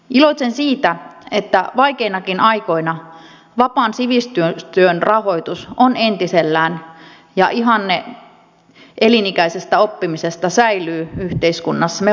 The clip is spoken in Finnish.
iloitsen siitä että vaikeinakin aikoina vapaan sivistystyön rahoitus on entisellään ja ihanne elinikäisestä oppimisesta säilyy yhteiskunnassamme vahvana